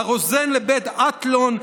הרוזן לבית אתלון.